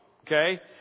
Okay